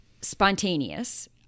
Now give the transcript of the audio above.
Spontaneous